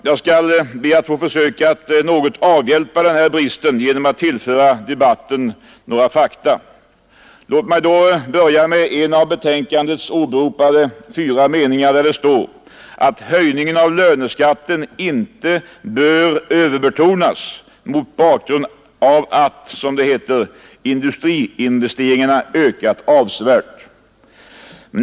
Jag skall be att få försöka avhjälpa denna brist genom att tillföra debatten några fakta. Låt mig då börja med en av betänkandets åberopade fyra meningar, där det står att höjningen av löneskatten inte bör överbetonas mot bakgrund av att — som det heter — industriinvesteringarna ökat avsevärt.